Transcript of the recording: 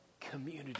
community